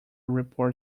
report